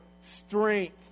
strength